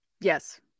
yes